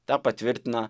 tą patvirtina